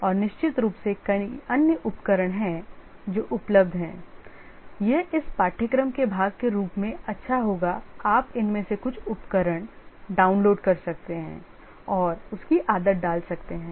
और निश्चित रूप से कई अन्य उपकरण हैं जो उपलब्ध हैं यह इस पाठ्यक्रम के भाग के रूप में अच्छा होगा आप इनमें से कुछ उपकरण डाउनलोड कर सकते हैं और इसकी आदत डाल सकते हैं